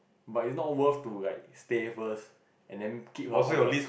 but it's not worth to like stay first and then keep her off the